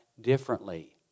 differently